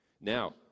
now